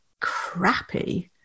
crappy